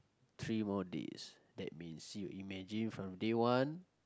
three more days that means you imagine from day one